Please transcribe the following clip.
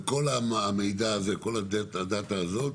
וכל המידע הזה, כל הדאטה הזאת,